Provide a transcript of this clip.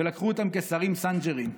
ולקחו אותם כשרים סנג'רים.